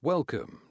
Welcome